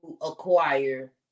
acquire